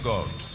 God